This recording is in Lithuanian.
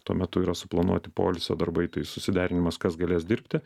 tuo metu yra suplanuoti poilsio darbai tai susiderinimas kas galės dirbti